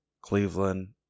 Cleveland